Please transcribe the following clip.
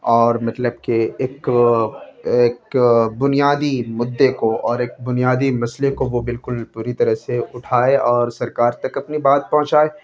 اور مطلب کہ ایک ایک بنیادی مدے کو اور ایک بنیادی مسئلے کو وہ بالکل پوری طرح سے اٹھائے اور سرکار تک اپنی بات پہنچائے